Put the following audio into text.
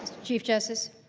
chief justice.